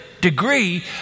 degree